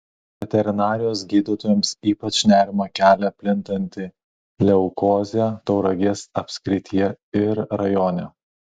veterinarijos gydytojams ypač nerimą kelia plintanti leukozė tauragės apskrityje ir rajone